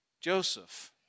Joseph